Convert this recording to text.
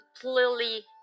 completely